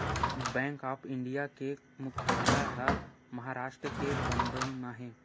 bank of India के मुख्यालय ह महारास्ट के बंबई म हे